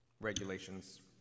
regulations